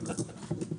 בבקשה.